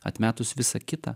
atmetus visa kita